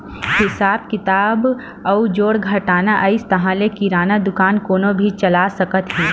हिसाब किताब अउ जोड़ घटाव अइस ताहाँले किराना दुकान कोनो भी चला सकत हे